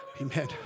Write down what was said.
Amen